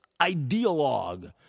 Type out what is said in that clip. ideologue